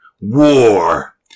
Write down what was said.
War